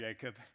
Jacob